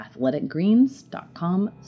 athleticgreens.com